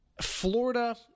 Florida